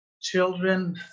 children